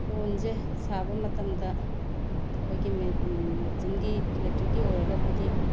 ꯀꯣꯟꯁꯦ ꯁꯥꯕ ꯃꯇꯝꯗ ꯑꯩꯈꯣꯏꯒꯤ ꯃꯦꯆꯤꯟꯒꯤ ꯏꯂꯦꯛꯇ꯭ꯔꯤꯛꯀꯤ ꯑꯣꯏꯔꯒꯕꯨꯗꯤ